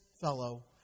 fellow